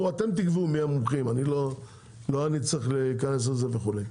אתם תקבעו מי המומחים לא אני צריך להיכנס לזה וכו'.